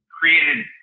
created